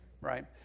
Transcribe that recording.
right